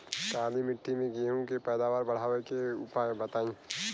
काली मिट्टी में गेहूँ के पैदावार बढ़ावे के उपाय बताई?